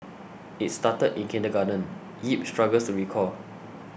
it started in kindergarten Yip struggles to recall